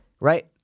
right